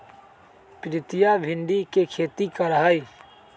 प्रीतिया भिंडी के खेती करा हई